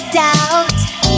doubt